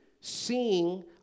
Seeing